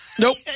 Nope